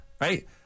right